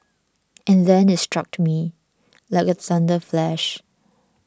and then it struck me like a thunder flash